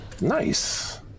Nice